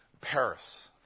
Paris